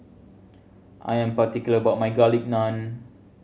I am particular about my Garlic Naan